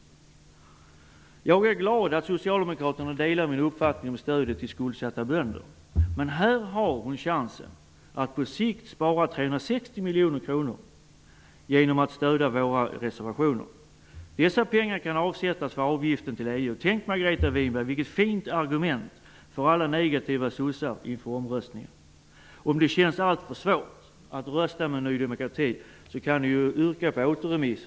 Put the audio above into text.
Jag är glad att Socialdemokraterna delar min uppfattning om stödet till skuldsatta bönder. Men här har Margareta Winberg chansen att på sikt spara 360 miljoner kronor genom att stödja våra reservationer. Dessa pengar kan avsättas till avgiften till EU. Tänk, Margareta Winberg, vilket fint argument för alla negativa socialdemokrater inför omröstningen! Om det känns alltför svårt att rösta med Ny demokrati, kan ni yrka på återremiss.